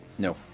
No